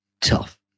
tough